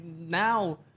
now